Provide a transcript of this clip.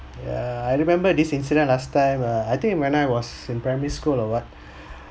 yeah I remember this incident last time err I think when I was in primary school or what